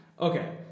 Okay